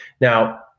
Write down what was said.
Now